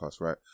right